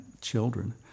children